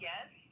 Yes